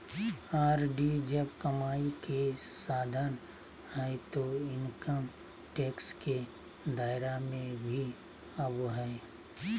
RD जब कमाई के साधन हइ तो इनकम टैक्स के दायरा में भी आवो हइ